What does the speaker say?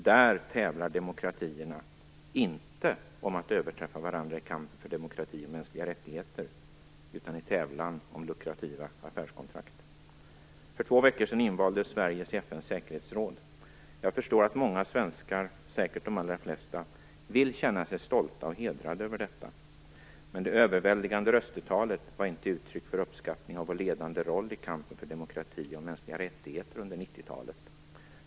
Där tävlar demokratierna inte om att överträffa varandra i kampen för demokrati och mänskliga rättigheter, utan om lukrativa affärskontrakt. För två veckor sedan invaldes Sverige i FN:s säkerhetsråd. Jag förstår att många svenskar - säkert de allra flesta - vill känna sig stolta och hedrade över detta. Men det överväldigande röstetalet var inte uttryck för uppskattning av vår ledande roll i kampen för demokrati och mänskliga rättigheter under 90 talet.